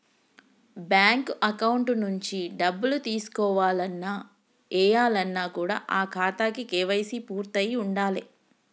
bank account నుంచి డబ్బులు తీసుకోవాలన్న, ఏయాలన్న కూడా ఆ ఖాతాకి కేవైసీ పూర్తయ్యి ఉండాలే